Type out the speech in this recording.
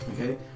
Okay